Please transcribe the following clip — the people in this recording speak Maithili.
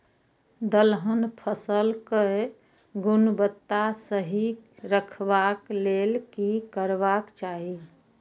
दलहन फसल केय गुणवत्ता सही रखवाक लेल की करबाक चाहि?